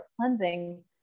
cleansing